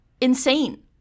Insane